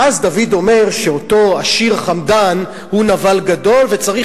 ואז דוד אומר שאותו עשיר חמדן הוא נבל גדול, וצריך